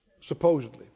supposedly